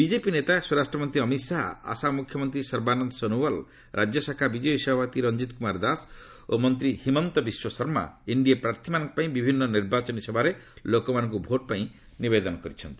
BJP ନେତା ସ୍ୱରାଷ୍ଟ୍ରମନ୍ତ୍ରୀ ଅମିତ ଶାହା ଆସାମ ମୁଖ୍ୟମନ୍ତ୍ରୀ ସର୍ବାନନ୍ଦ ସୋନୱାଲ ରାଜ୍ୟଶାଖା ବିଜେପି ସଭାପତି ରଞ୍ଜିତ କୁମାର ଦାସ ଓ ମନ୍ତ୍ରୀ ହିମନ୍ତ ବିଶ୍ୱଶର୍ମା ଏନ୍ତିଏ ପ୍ରାର୍ଥୀମାନଙ୍କ ପାଇଁ ବିଭିନ୍ନ ନିର୍ବାଚନୀ ସଭାରେ ଲୋକମାନଙ୍କୁ ଭୋଟ୍ ପାଇଁ ନିବେଦନ କରିଛନ୍ତି